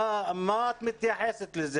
מה ההתייחסות שלך לזה?